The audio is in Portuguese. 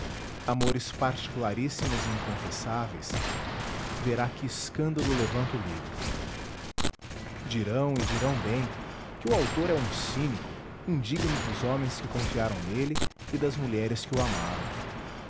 amores particularíssimos e inconfessáveis verá que escândalo levanta o livro dirão e dirão bem que o autor é um cínico indigno dos homens que confiaram nele e das mulheres que o amaram